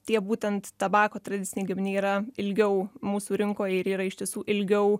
tie būtent tabako tradiciniai gaminiai yra ilgiau mūsų rinkoj ir yra iš tiesų ilgiau